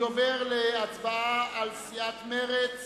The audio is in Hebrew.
אני עובר להצבעה על הצעת סיעת מרצ,